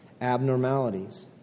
abnormalities